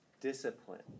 discipline